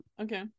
Okay